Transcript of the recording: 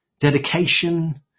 Dedication